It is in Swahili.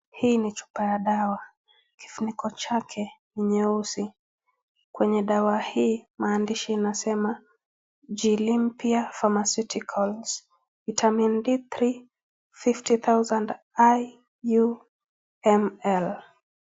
Hii ni chupa ya dawa. Kifuniko chake ni nyeusi. Kwenye dawa hii maandishi inasema glympia pharmaceuticals, vitamin D3 50,000 IUD ml .